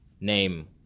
Name